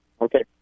Okay